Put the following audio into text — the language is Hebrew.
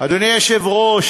אדוני היושב-ראש,